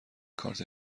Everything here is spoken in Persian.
کارت